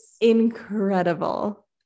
incredible